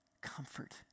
Comfort